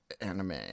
anime